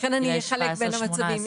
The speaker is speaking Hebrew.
19-18. לכן אני אחלק בין המצבים,